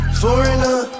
foreigner